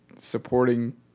supporting